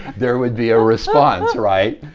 there would be a response, right?